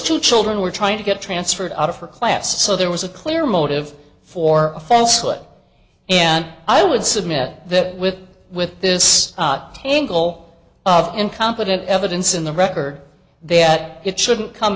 two children were trying to get transferred out of her class so there was a clear motive for a falsehood and i would submit that with with this tangle of incompetent evidence in the record that it shouldn't come